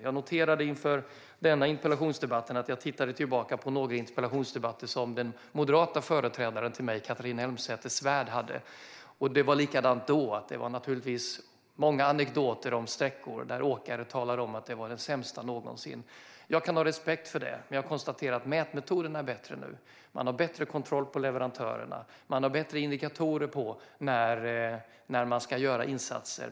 Jag noterade inför denna interpellationsdebatt att jag tittade tillbaka på några interpellationsdebatter som min moderata företrädare, Catharina Elmsäter-Svärd, deltog i. Det var likadant då - det var många anekdoter om sträckor, där åkare talade om att detta var det sämsta någonsin. Jag kan ha respekt för det, men jag konstaterar att mätmetoderna är bättre nu. Man har bättre kontroll på leverantörerna. Man har bättre indikatorer på när man ska göra insatser.